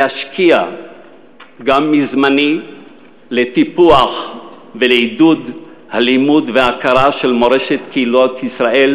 להשקיע גם מזמני לטיפוח ולעידוד הלימוד וההכרה של מורשת קהילות ישראל,